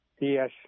Yes